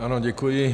Ano, děkuji.